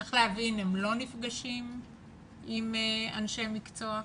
צריך להבין, הם לא נפגשים עם אנשי מקצוע בשוטף,